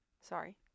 Sorry